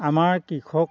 আমাৰ কৃষক